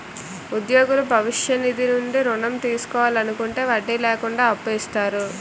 ఉద్యోగులు భవిష్య నిధి నుంచి ఋణం తీసుకోవాలనుకుంటే వడ్డీ లేకుండా అప్పు ఇస్తారు